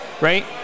right